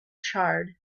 charred